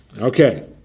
Okay